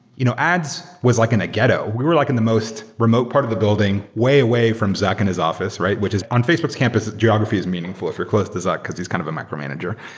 you know ads was like in a ghetto. we were like in the most remote part of the building way away from zuck in his office, which is on facebook's campus, geography is meaningful if you're close to zuck, because he's kind of a micromanager.